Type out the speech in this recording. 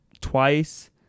twice